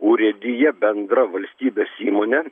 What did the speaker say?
urėdija bendra valstybės įmonė